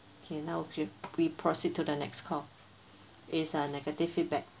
okay now all clear we proceed to the next call it's a negative feedback